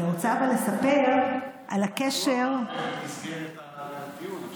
אבל אני רוצה לספר על הקשר, במסגרת הדיון.